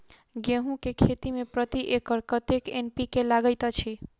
गेंहूँ केँ खेती मे प्रति एकड़ कतेक एन.पी.के लागैत अछि?